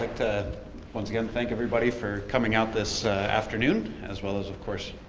like to once again thank everybody for coming out this afternoon. as well as, of course,